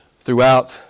throughout